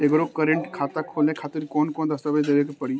एगो करेंट खाता खोले खातिर कौन कौन दस्तावेज़ देवे के पड़ी?